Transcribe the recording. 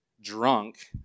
drunk